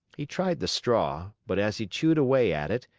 he tried the straw, but, as he chewed away at it,